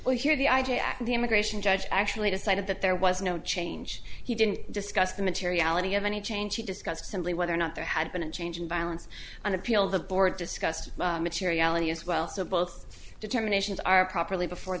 well here the idea of the immigration judge actually decided that there was no change he didn't discuss the materiality of any change he discussed simply whether or not there had been a change in violence on appeal the board discussed materiality as well so both determinations are properly before